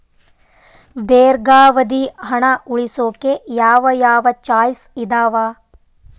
ದೇರ್ಘಾವಧಿ ಹಣ ಉಳಿಸೋಕೆ ಯಾವ ಯಾವ ಚಾಯ್ಸ್ ಇದಾವ?